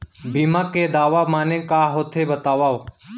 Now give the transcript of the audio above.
बीमा के दावा माने का होथे बतावव?